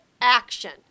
action